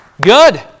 good